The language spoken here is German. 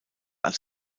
als